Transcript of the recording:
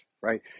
right